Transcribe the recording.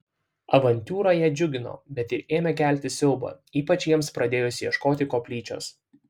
avantiūra ją džiugino bet ir ėmė kelti siaubą ypač jiems pradėjus ieškoti koplyčios